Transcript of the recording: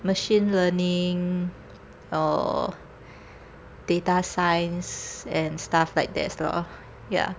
machine learning or data science and stuff like that lor ya